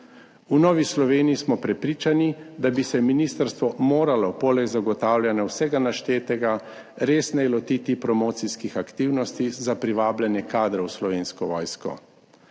V Novi Sloveniji smo prepričani, da bi se ministrstvo moralo poleg zagotavljanja vsega naštetega, resneje lotiti promocijskih aktivnosti za privabljanje kadrov v Slovensko vojsko.